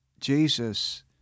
Jesus